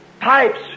pipes